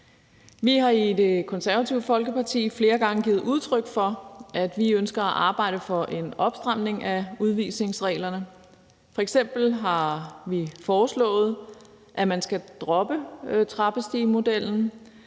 Vi har i Det Konservative Folkeparti flere gange givet udtryk for, at vi ønsker at arbejde for en opstramning af udvisningsreglerne. F.eks. har vi foreslået, at man skal droppe trappestigemodellen,